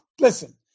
listen